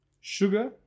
sugar